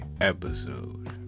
episode